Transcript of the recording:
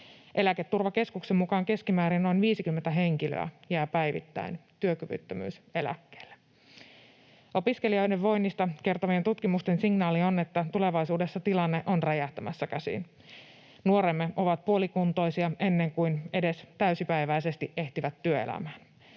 Eläketurvakeskuksen mukaan keskimäärin noin 50 henkilöä jää päivittäin työkyvyttömyyseläkkeelle. Opiskelijoiden voinnista kertovien tutkimusten signaali on, että tulevaisuudessa tilanne on räjähtämässä käsiin. Nuoremme ovat puolikuntoisia ennen kuin edes ehtivät täysipäiväisesti työelämään.